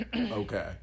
Okay